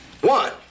One